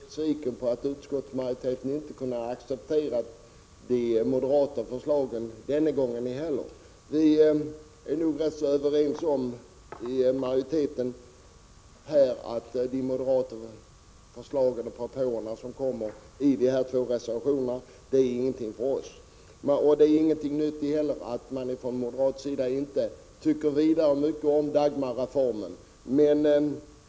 Herr talman! Jag har förståelse för att Karl-Gösta Svenson är besviken över att utskottsmajoriteten inte heller denna gång kunde acceptera de moderata förslagen. Vi inom utskottsmajoriteten är överens om att de moderata förslag och propåer som framförs i reservationerna inte är någonting för oss. De innehåller inte något nytt utan går ut på att man från moderat sida inte tycker särskilt mycket om Dagmarreformen.